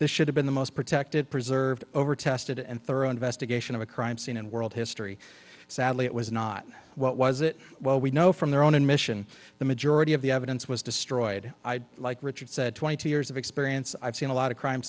this should have been the most protected preserved over tested and thorough investigation of a crime scene in world history sadly it was not what was it well we know from their own admission the majority of the evidence was destroyed i like richard said twenty two years of experience i've seen a lot of crime